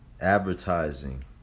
advertising